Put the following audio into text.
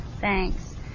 Thanks